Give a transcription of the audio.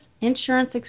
Insurance